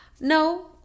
no